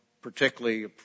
particularly